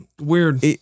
weird